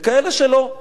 וכאלה שלא.